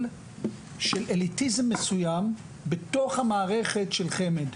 של אליטיזם מסוים בתוך המערכת של חמ"ד.